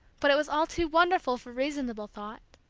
but it was all too wonderful for reasonable thought.